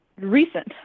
recent